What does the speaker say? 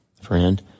friend